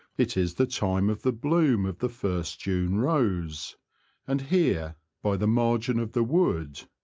it is the time of the bloom of the first june rose and here, by the margin of the wood,